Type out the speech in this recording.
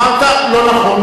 אין ספק, אמרת "לא נכון".